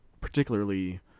particularly